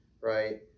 Right